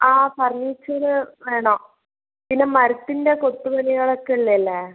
ആ സർവീസിന് വേണം പിന്നെ മരത്തിൻ്റെ കൊത്ത് പണികളൊക്കെ ഉള്ളതല്ലേ